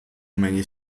many